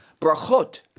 Brachot